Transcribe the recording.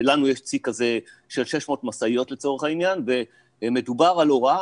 לנו יש צי כזה של 600 משאיות ומדובר על הוראה